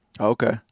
Okay